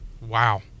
wow